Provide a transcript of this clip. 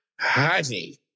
Honey